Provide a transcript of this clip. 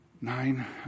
nine